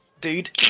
dude